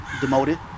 demoted